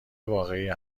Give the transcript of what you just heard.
واقعی